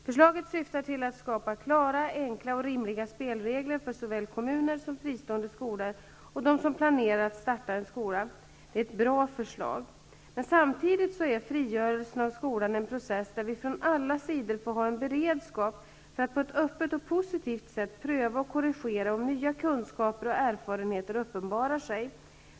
Förslaget syftar till att skapa klara, enkla och rimliga spelregler för såväl kommuner som fristående skolor och de som planerar att starta en skola. Det är ett bra förslag. Men samtidigt är frigörelsen av skolan en process där vi från alla sidor får ha en beredskap för att på ett öppet och positivt sätt pröva och korrigera om nya kunskaper och erfarenheter uppenbarar sig.